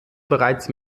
bereits